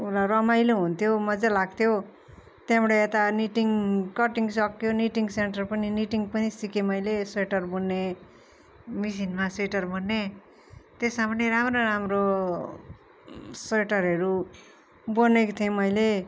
रमाइलो हुन्थ्यो मज्जा लाग्थ्यो त्यहाँबाट यता निटिङ कटिङ सक्यो निटिङ सेन्टर पनि निटिङ पनि सिकेँ मैले स्वेटर बुन्ने मिसिनमा स्वेटर बुन्ने त्यसमा पनि राम्रो राम्रो स्वेटरहरू बुनेको थिएँ मैले